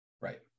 right